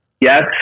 Yes